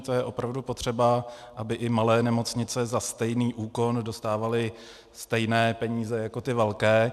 To je opravdu potřeba, aby i malé nemocnice za stejný úkon dostávaly stejné peníze jako ty velké.